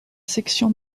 section